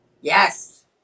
Yes